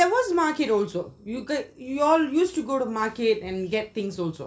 but there was market also you g~ you all used to go to market to get things also